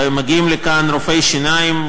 שמגיעים לכאן רופאי שיניים,